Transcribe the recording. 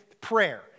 prayer